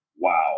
Wow